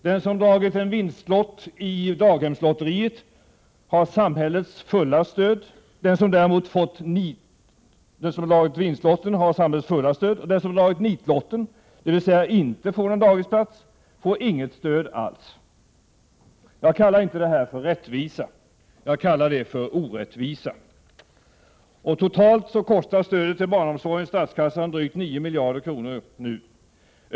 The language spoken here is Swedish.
Den som dragit en vinstlott i daghemslotteriet har samhällets fulla stöd. Den som däremot dragit en nitlott, dvs. inte får någon daghemsplats, får inte något stöd alls. Jag kallar inte detta för rättvisa utan orättvisa. Totalt kostar stödet till barnomsorgen statskassan drygt 9 miljarder kronor.